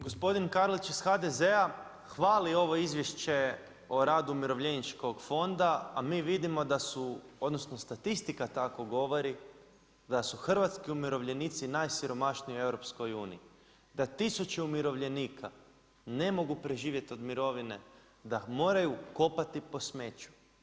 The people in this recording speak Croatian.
Gospodin Karlić iz HDZ-a hvali ovo izvješće o radu Umirovljeničkog fonda, a mi vidimo da su odnosno statistika tako govori da su hrvatski umirovljenici najsiromašniji u EU, da tisuće umirovljenika ne mogu preživjeti od mirovine, da moraju kopati po smeću.